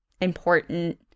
important